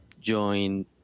join